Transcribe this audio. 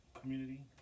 community